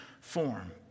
form